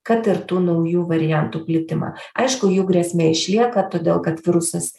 kad ir tų naujų variantų plitimą aišku jų grėsmė išlieka todėl kad virusas